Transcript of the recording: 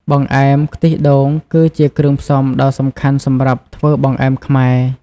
បង្អែម ខ្ទិះដូងគឺជាគ្រឿងផ្សំដ៏សំខាន់សម្រាប់ធ្វើបង្អែមខ្មែរ។